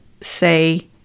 say